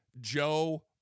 Joe